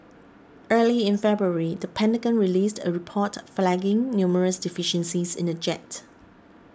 early in February the Pentagon released a report flagging numerous deficiencies in the jet